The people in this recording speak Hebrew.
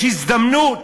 יש הזדמנות,